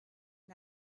避难